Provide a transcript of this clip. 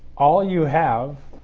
all you have,